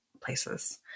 places